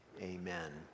Amen